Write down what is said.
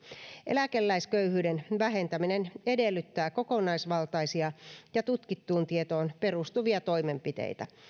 eläkeläisköyhyyden vähentäminen edellyttää kokonaisvaltaisia ja tutkittuun tietoon perustuvia toimenpiteitä